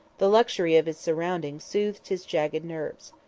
the luxury of his surroundings soothed his jagged nerves.